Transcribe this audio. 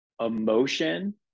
emotion